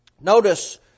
Notice